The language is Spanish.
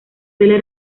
suele